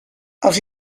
els